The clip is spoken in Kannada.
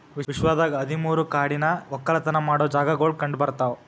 ವಿಶ್ವದಾಗ್ ಹದಿ ಮೂರು ಕಾಡಿನ ಒಕ್ಕಲತನ ಮಾಡೋ ಜಾಗಾಗೊಳ್ ಕಂಡ ಬರ್ತಾವ್